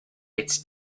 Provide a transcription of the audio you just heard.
its